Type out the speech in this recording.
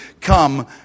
come